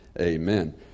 Amen